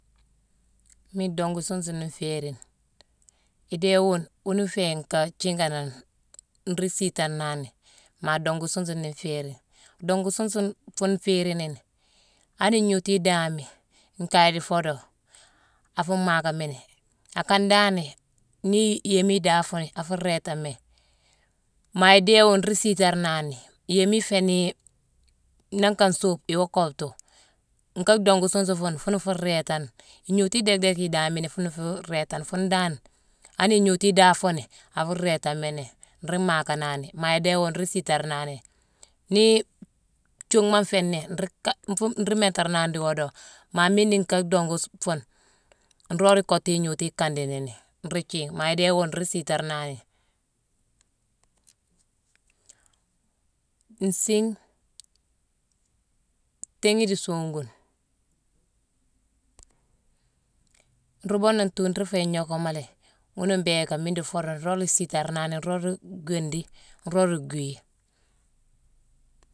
Miine dongu suune sune naa nféérine. Adééwuune wuune iféé nka jiiganone nruu siitarnani. Maa dongu suune sune na nféérine. Dongu suune sune fuune nféérini nini, hani ignootu idaahami, nkaye dii foodo, affu mhaakamini. Akandani, nii yééma idaaha fooni afu réétami. Maa idééwune, nruu siitarna ni. Yéémi iféé nii nangh nka nsuube, iwoo kottu. Nka dongu suune sune fuune, fuuna nfuu réétane ignootu déck-déck idaahamini, fuuna nfuu réétane. Fuune dan hani ignootu idaaha fooni, afu réétamini. Nruu mhaakanani. Maa idééwyune, nruu siitarna ni. Nii thiiuunghma nféé né, nruu-kaye-nfuu-nruu miintarnani dii woodo. Maa miine dii nka dongu-suu-fuune, nroog nruu kottu ignooti ikandi nini, nruu thiigh. Maa idéé wuune, nruu siitarnani. Nsiime tééghi dii soogune. Nruu boodane tuu, nruu féé ignookama lé. Ghuna mbééka miine dii foodo, nroog la nruu siitarnani, nroog la nruu gwindi, nroog nruu gwii.